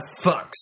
fucks